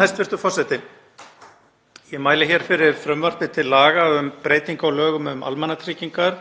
Hæstv. forseti. Ég mæli hér fyrir frumvarpi til laga um breytingu á lögum um almannatryggingar,